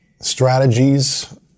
strategies